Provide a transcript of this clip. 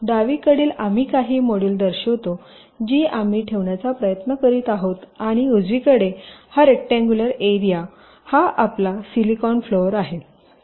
डावीकडील आम्ही काही मॉड्यूल दर्शवितो जी आम्ही ठेवण्याचा प्रयत्न करीत आहोत आणि उजवीकडे हा रेक्टांगुलर एरिया हा आपला सिलिकॉन फ्लोर आहे